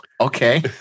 okay